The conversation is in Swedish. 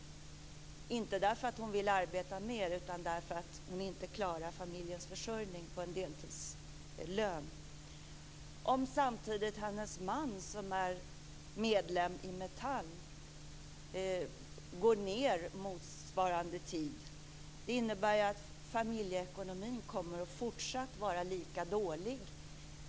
Det gör hon inte därför att hon vill arbeta mer utan därför att hon inte klarar familjens försörjning på en deltidslön. Låt oss säga att hennes man, som är medlem i Metall, samtidigt går ned motsvarande tid. Det innebär att familjeekonomin kommer att fortsatt vara lika dålig.